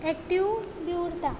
active बी उरता